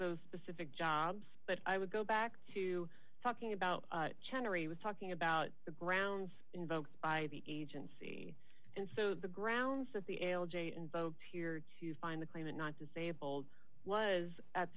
those specific jobs but i would go back to talking about chancery was talking about the grounds invoked by the agency and so the grounds that the algae invoked here to find the claim that not disabled was at